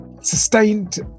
sustained